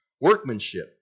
workmanship